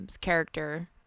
character